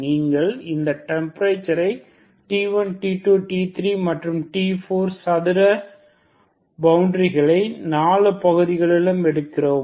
நீங்கள் அந்த டெம்பரேச்சர்களை T1 T2 T3 மற்றும் T4சதுர பவுண்டரிகளை 4 பகுதியிலும் எடுக்கிறோம்